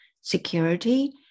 security